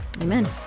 Amen